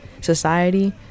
society